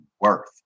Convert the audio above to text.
worth